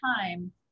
time